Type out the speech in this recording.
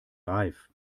reif